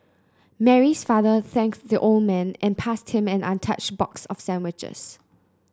Mary's father thanked the old man and passed him an untouched box of sandwiches